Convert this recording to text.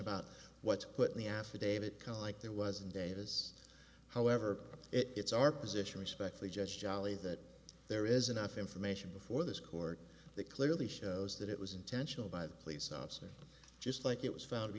about what to put in the affidavit come like there wasn't davis however it's our position respect the judge jolly that there is enough information before this court that clearly shows that it was intentional by the police officer just like it was found